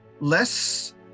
less